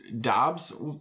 Dobbs